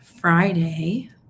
friday